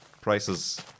prices